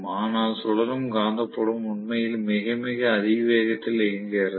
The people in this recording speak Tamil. ஆனால் சுழலும் காந்தப்புலம் உண்மையில் மிக மிக அதி வேகத்தில் இயங்குகிறது